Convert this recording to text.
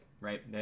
Right